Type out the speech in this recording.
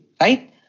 right